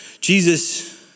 Jesus